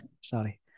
Sorry